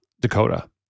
Dakota